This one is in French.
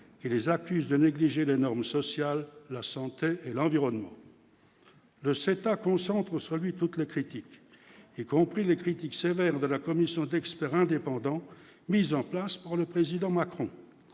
et les accuse de négliger les normes sociales, la santé et l'environnement. Le CETA concentre sur lui toutes les critiques et compris les critiques sévères de la commission d'experts indépendants mis en place par le président Macron